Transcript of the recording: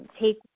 take